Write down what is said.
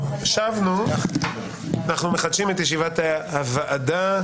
רבותיי, אנחנו מחדשים את ישיבת הוועדה.